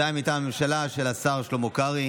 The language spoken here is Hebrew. מועצת הרבנות הראשית לישראל)